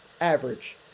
average